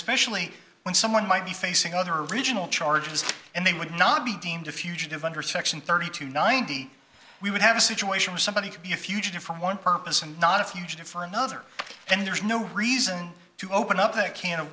especially when someone might be facing other original charges and they would not be deemed a fugitive under section thirty two ninety we would have a situation where somebody could be a fugitive from one purpose and not a fugitive for another and there's no reason to open up a can of